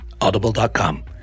audible.com